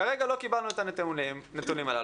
כרגע לא קיבלנו את הנתונים הללו.